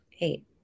eight